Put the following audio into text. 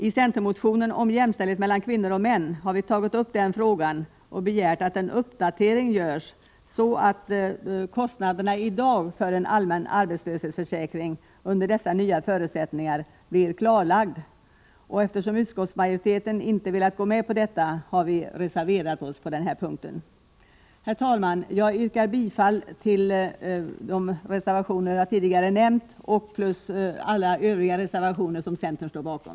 I centermotionen om jämställdhet mellan kvinnor och män har vi tagit upp den frågan och begärt att en uppdatering görs, så att kostnaderna i dag för en allmän arbetslöshetsersättning under dessa nya förutsättningar blir klarlagda. Eftersom utskottsmajoriteten inte har velat gå med på detta har vi reserverat oss på den här punkten. Herr talman! Jag yrkar bifall till de reservationer jag tidigare nämnt och till alla övriga reservationer som centern står bakom.